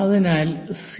അതിനാൽ സി